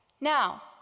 Now